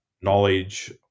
knowledge